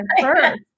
first